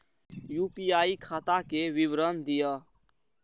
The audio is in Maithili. यू.पी.आई खाता के विवरण दिअ?